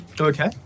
Okay